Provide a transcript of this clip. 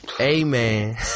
Amen